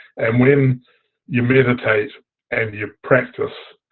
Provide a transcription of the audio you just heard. and when you meditate and you practice